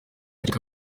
acika